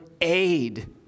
aid